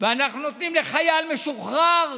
ואנחנו נותנים לחייל משוחרר,